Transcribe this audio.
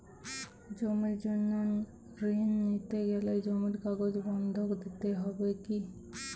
জমির জন্য ঋন নিতে গেলে জমির কাগজ বন্ধক দিতে হবে কি?